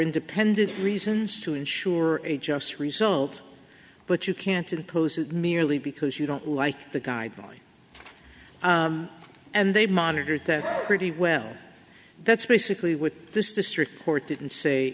independent reasons to ensure a just result but you can't oppose it merely because you don't like the guidelines and they monitored that pretty well that's basically what this district court didn't say